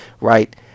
Right